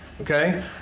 okay